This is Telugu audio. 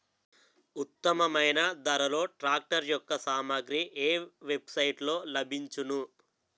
ఉత్తమమైన ధరలో ట్రాక్టర్ యెక్క సామాగ్రి ఏ వెబ్ సైట్ లో లభించును?